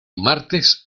martes